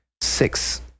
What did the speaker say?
six